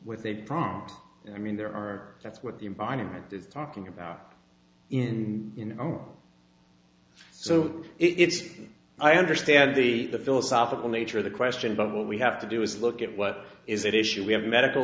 with a prompt i mean there are that's what the environment is talking about in you know so it's i understand the philosophical nature of the question but what we have to do is look at what is at issue we have medical